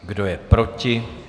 Kdo je proti?